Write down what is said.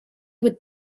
would